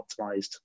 optimized